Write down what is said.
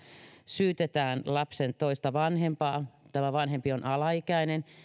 syytetään lapsen toista vanhempaa tämä vanhempi on alaikäinen